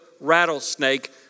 rattlesnake